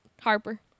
Harper